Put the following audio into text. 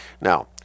Now